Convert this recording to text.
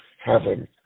heaven